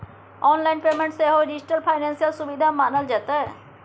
online payment सेहो digital financial सुविधा मानल जेतै